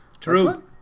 True